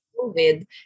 COVID